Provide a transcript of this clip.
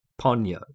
Ponyo